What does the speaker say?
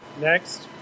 Next